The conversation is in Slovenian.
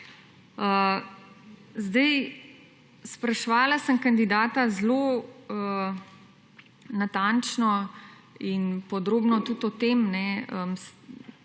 Sedaj spraševala sem kandidata zelo natančno in podrobno tudi o tem,